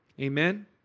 Amen